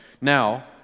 Now